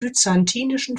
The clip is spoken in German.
byzantinischen